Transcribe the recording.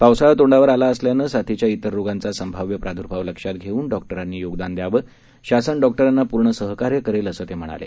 पावसाळा तोंडावर आला असल्याने साथीच्या इतर रोगांचा संभाव्य प्राद्र्भाव लक्षात घेऊन डॉक्टरांनी योगदान द्यावं शासन डॉक्टसांना पूर्ण सहकार्य करेल असं ते म्हणाले